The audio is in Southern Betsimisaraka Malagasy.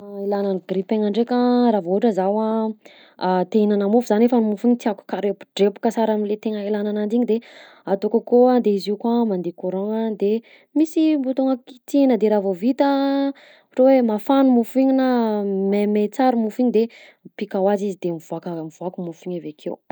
Ilana ny grille-pain-gna ndraika: raha vao ohatra zaho a te hihinana mofo za nefany mofo igny tiako karepodrepoka sara am'le tegna ilana ananjy igny de ataoko akao a, de izy io koa mandeha courant-gna de misy bouton-gna kitina de raha vao vita ohatra hoe mafana mofo igny na maimay tsara mofo igny de mipika ho azy izy mivoaka mivoaka mofo igny avy akeo.